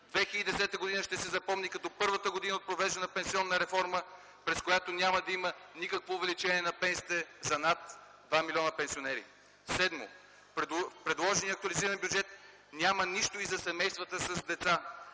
2010 г. ще се запомни като първата година от провежданата пенсионна реформа, през която няма да има никакво увеличение на пенсиите за над 2 милиона пенсионери. Седмо, в предложения актуализиран бюджет няма нищо и за семействата с деца.